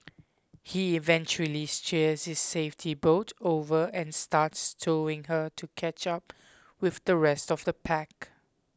he eventually steers his safety boat over and starts towing her to catch up with the rest of the pack